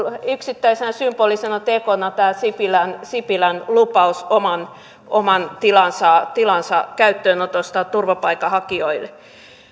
yksittäisenä symbolisena tekona tämä sipilän sipilän lupaus oman oman tilansa käyttöönotosta turvapaikanhakijoille